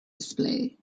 display